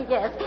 Yes